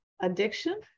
addiction